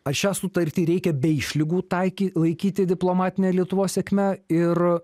aš šią sutartį reikia be išlygų taikė laikyti diplomatine lietuvos sėkme ir